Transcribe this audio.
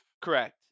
Correct